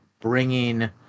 bringing